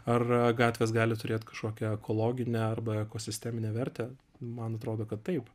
ar gatvės gali turėt kažkokią ekologinę arba ekosisteminę vertę man atrodo kad taip